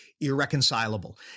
irreconcilable